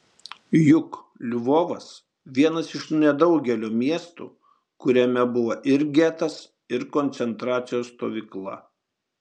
juk lvovas vienas iš nedaugelio miestų kuriame buvo ir getas ir koncentracijos stovykla